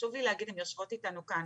חשוב לי להגיד והן יושבות איתנו כאן.